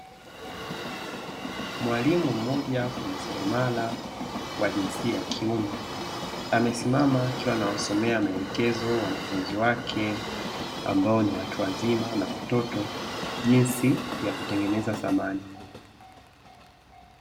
Mwalimu mmoja fundi seremala wa jinsia ya kiume, amesimama akiwa anawasomea maelekezo wanafunzi wake ambao ni watu wazima na watoto, jinsi ya kutengeneza samani.